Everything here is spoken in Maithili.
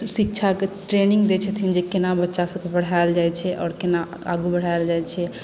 शिक्षा के ट्रेनिंग दै छथिन जे केना बच्चा सबके पढ़ाइल जाइत छै केना आगू बढ़ाल जाइत छै